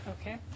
Okay